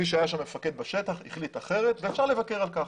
מי שהיה שם מפקד בשטח החליט אחרת ואפשר לבקר על כך.